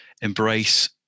embrace